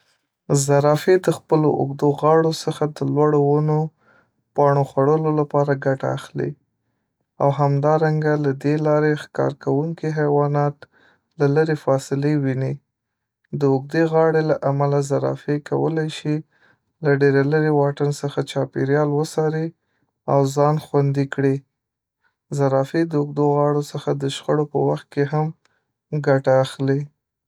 .زرافې د خپلو اوږدو غاړو څخه د لوړو ونو پاڼو خوړلو لپاره ګټه اخلي او همدارنګه له دې لارې ښکار کوونکي حیوانات له لرې فاصله ویني .د اوږدې غاړې له امله زرافه کولی شي له ډېر لیرې واټن څخه چاپېریال وڅاري او ځان خوندي کړي .زرافې د اوړدو غاړو څخه د شخړو په وخت کې هم ګټه اخلي